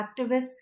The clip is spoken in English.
activists